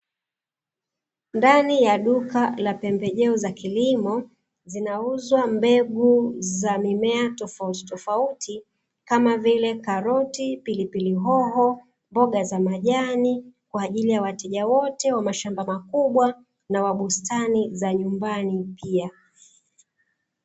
Ndani ya duka za pembejeo za kilimo, zinauzwa mbegu za mimea tofautitofauti, kama vile karoti, pilipili hoho, mboga za majani, kwa ajili ya wateja wote wa mashamba makubwa na wa bustani za nyumbani pia.